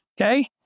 Okay